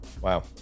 Wow